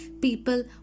people